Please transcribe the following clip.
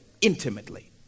intimately